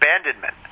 abandonment